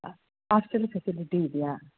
hostel facility ಇದೆಯಾ